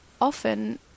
often